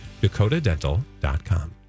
Dakotadental.com